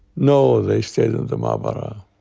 no, they stayed in the ma'abara.